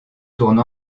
tourne